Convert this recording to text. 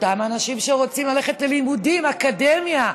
אותם אנשים שרוצים ללכת ללימודים, אקדמיה,